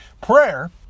Prayer